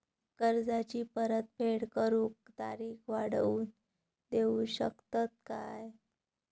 कर्जाची परत फेड करूक तारीख वाढवून देऊ शकतत काय?